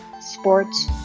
sports